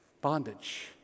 Bondage